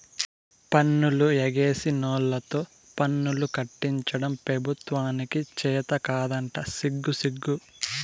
పన్నులు ఎగేసినోల్లతో పన్నులు కట్టించడం పెబుత్వానికి చేతకాదంట సిగ్గుసిగ్గు